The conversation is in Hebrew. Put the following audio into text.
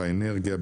האנרגיה,